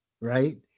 right